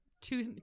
two